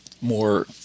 more